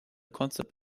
concept